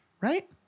right